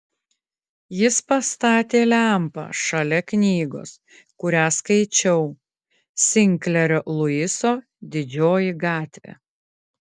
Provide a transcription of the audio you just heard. jis pastatė lempą šalia knygos kurią skaičiau sinklerio luiso didžioji gatvė